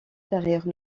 derrière